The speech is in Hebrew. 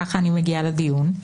ככה אני מגיעה לדיון,